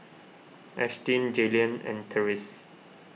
Ashtyn Jaylen and therese's